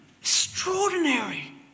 Extraordinary